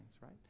right